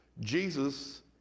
Jesus